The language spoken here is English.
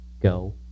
go